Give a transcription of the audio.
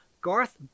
Garth